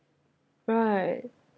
right